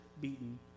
beaten